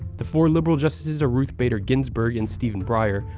the four liberal justices are ruth bader ginsburg and stephen breyer,